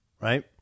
right